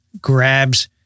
grabs